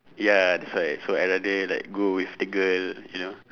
ya that's why so I rather like go with the girl you know